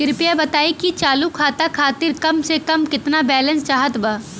कृपया बताई कि चालू खाता खातिर कम से कम केतना बैलैंस चाहत बा